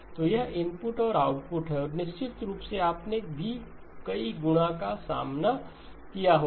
तो यह इनपुट और आउटपुट है और निश्चित रूप से आपने भी कई गुणा का सामना किया होगा